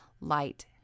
light